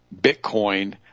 Bitcoin